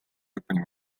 lõpuni